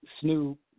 Snoop